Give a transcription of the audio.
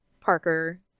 Parker